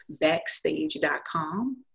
backstage.com